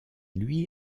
lui